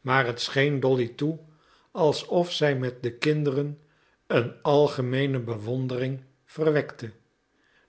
maar het scheen dolly toe alsof zij met de kinderen een algemeene bewondering verwekte